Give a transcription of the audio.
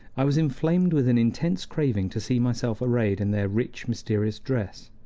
i was inflamed with an intense craving to see myself arrayed in their rich, mysterious dress.